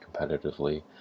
competitively